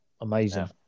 Amazing